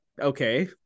Okay